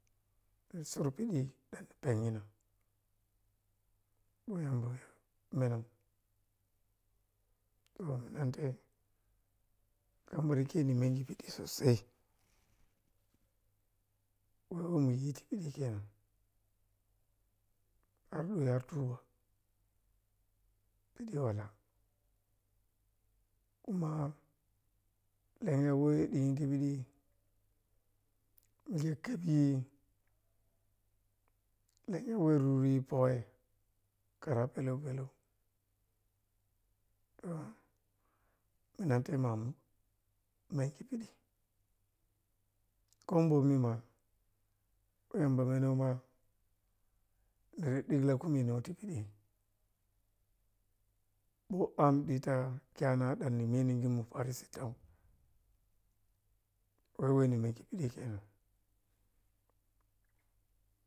Sur piɗi ɗin penghina ma yamba menan minanlai kha muri khe ni menghi piɗi sosai woro muyi ti piɗi khe nan arɗo ya turo piɗi walah kuma lenya weh diyi ti piɗi ya khepyi lenya wo rururi poyah khara peleu peleu minantai mamu menghi piɗi kho bani ma yamba menan ma niri dikla khumina ti piɗi ɓo am dita kyana da mimi minji arsittau weh weh ni menghi piɗi khenan.